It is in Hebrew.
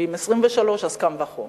ואם 1923, אז קל וחומר.